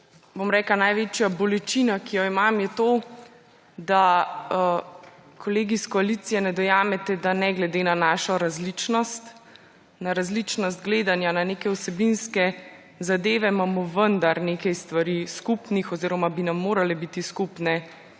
bom rekla, največja bolečina, ki jo imam, je to, da kolegi iz koalicije ne dojamete, da ne glede na našo različnost, na različnost gledanja na neke vsebinske zadeve imamo vendar nekaj stvari skupnih oziroma bi nam morale biti skupne